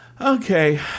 Okay